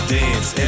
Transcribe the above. dance